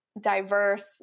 diverse